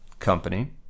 company